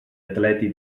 atleti